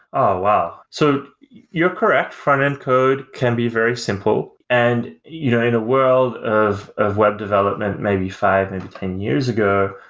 oh, wow. so you're correct, front-end code can be very simple. and you know in a world of of web development, maybe five, maybe ten years ago,